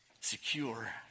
secure